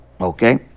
Okay